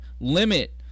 limit